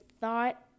thought